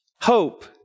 Hope